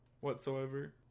whatsoever